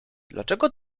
dlaczego